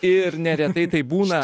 ir neretai tai būna